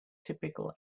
typical